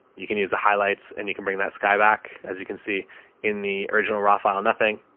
you can use the highlights and you can bring that sky back as you can see in the original raw file. nothing.